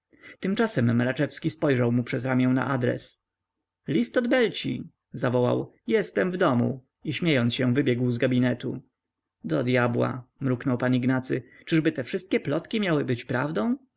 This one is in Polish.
tymczasem mraczewski spojrzał mu przez ramię na adres list od belci zawołał jestem w domu i śmiejąc się wybiegł z gabinetu do dyabła mruknął pan ignacy czyżby te wszystkie plotki miały być prawdą